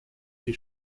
she